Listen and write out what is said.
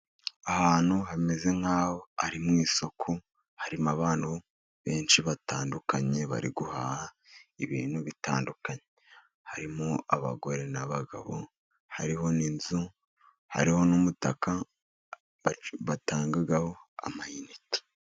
Ahantu hameze nk'aho ari mu isoko, harimo abantu benshi batandukanye, bari guha ibintu bitandukanye, harimo abagore n'abagabo, hariho n'inzu, hariho n'umutaka batangiramo amanite.